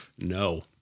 No